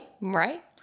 Right